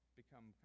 become